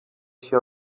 się